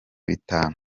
bitanu